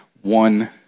one